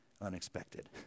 unexpected